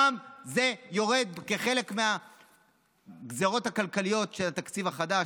גם זה יורד כחלק מהגזרות הכלכליות של התקציב החדש,